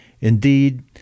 Indeed